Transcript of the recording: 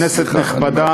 כנסת נכבדה,